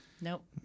Nope